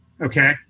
okay